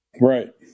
Right